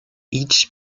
each